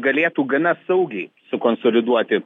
galėtų gana saugiai sukonsoliduoti